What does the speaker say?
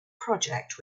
project